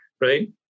right